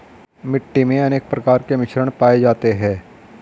मिट्टी मे अनेक प्रकार के मिश्रण पाये जाते है